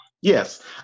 Yes